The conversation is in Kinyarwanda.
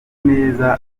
neza